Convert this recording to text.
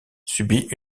subit